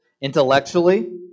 intellectually